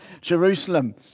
Jerusalem